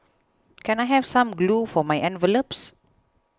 can I have some glue for my envelopes